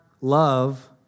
love